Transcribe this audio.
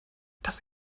das